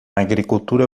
agricultura